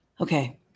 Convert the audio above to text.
Okay